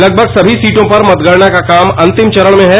लगभग सभी सीटों पर मतगणना का काम अंतिम चरण में हैं